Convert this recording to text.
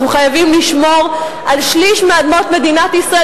אנחנו חייבים לשמור על שליש מאדמות מדינת ישראל